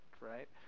right